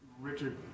Richard